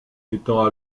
étant